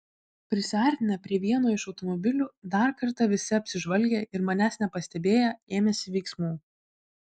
prisiartinę prie vieno iš automobilių dar kartą visi apsižvalgė ir manęs nepastebėję ėmėsi veiksmų